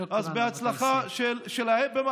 שוכרן, חבר הכנסת.